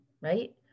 right